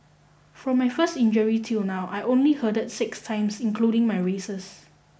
from my first injury till now I only hurdled six times including my races